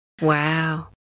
Wow